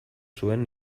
zuen